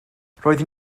roeddwn